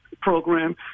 program